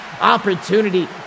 opportunity